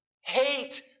hate